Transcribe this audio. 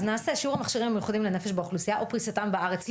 אז נעשה: שיעור המכשירים המיוחדים לנפש באוכלוסייה או פריסתם בארץ,